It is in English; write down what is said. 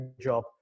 job